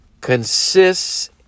consists